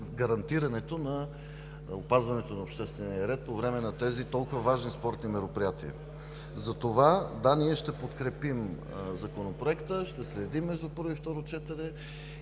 възможност за опазването на обществения ред по време на тези толкова важни спортни мероприятия. Затова ние ще подкрепим Законопроекта и ще следим между първо и